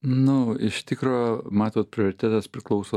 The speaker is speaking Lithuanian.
nu iš tikro matot prioritetas priklauso